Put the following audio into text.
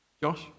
Josh